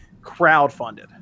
crowdfunded